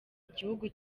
igihugu